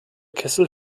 kessel